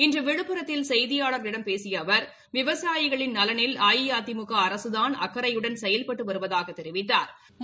இன்று விழுப்புரத்தில் செய்தியாளர்களிடம் பேசிய அவர் விவசாயிகளின் நலனில் அஇஅதிமுக அரசுதான் அக்கறையுடன் செயல்பட்டு வருவதாகத் தெரிவித்தாா்